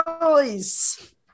noise